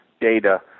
data